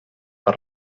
per